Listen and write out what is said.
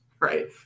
Right